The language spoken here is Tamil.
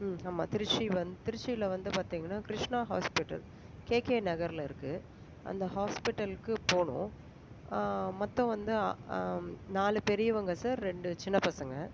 ம் ஆமாம் திருச்சி வந் திருச்சியில் வந்து பார்த்திங்கன்னா கிருஷ்ணா ஹாஸ்பிட்டல் கேகே நகரில் இருக்குது அந்த ஹாஸ்பிட்டலுக்கு போகணும் மொத்தம் வந்து நாலு பெரியவங்க சார் ரெண்டு சின்ன பசங்க